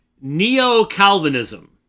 neo-calvinism